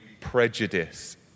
prejudice